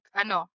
ano